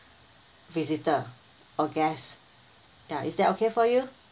visitor or guest ya is that okay for you